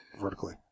vertically